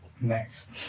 Next